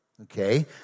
Okay